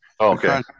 Okay